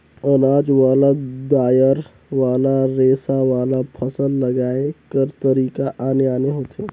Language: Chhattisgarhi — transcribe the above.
अनाज वाला, दायर वाला, रेसा वाला, फसल लगाए कर तरीका आने आने होथे